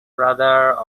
brother